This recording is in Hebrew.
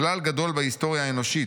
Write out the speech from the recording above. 'כלל גדול בהיסטוריה האנושית,